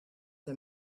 the